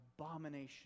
abomination